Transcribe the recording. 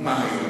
כמה יש היום?